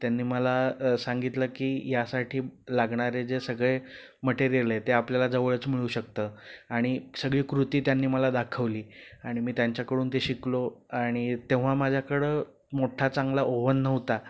त्यांनी मला सांगितलं की यासाठी लागणारे जे सगळे मटेरियल आहेत ते आपल्याला जवळच मिळू शकतं आणि सगळी कृती त्यांनी मला दाखवली आणि मी त्यांच्याकडून ते शिकलो आणि तेव्हा माझ्याकडं मोठा चांगला ओव्हन नव्हता